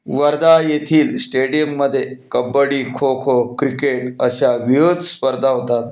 वर्धा येथील स्टेडियममध्ये कबड्डी खोखो क्रिकेट अशा विविध स्पर्धा होतात